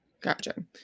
Gotcha